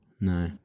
No